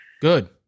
Good